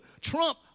trump